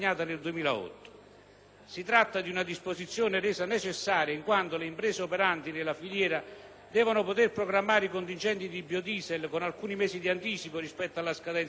Si tratta di una disposizione resa necessaria in quanto le imprese operanti nella filiera devono poter programmare i contingenti di biodiesel con alcuni mesi di anticipo rispetto alla scadenza dell'agevolazione.